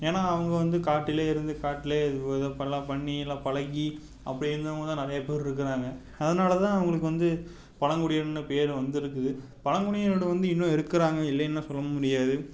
ஏன்னா அவங்க வந்து காட்டில் இருந்து காட்டில் எல்லா பண்ணி எல்லா பழகி அப்படி இருந்தவங்கதான் நிறையா பேர் இருக்கிறாங்க அதனாலதான் அவங்களுக்கு வந்து பழங்குடியினர்னு பேர் வந்திருக்குது பழங்குடியினர் வந்து இன்னும் இருக்கிறாங்க இல்லைன்னுலாம் சொல்ல முடியாது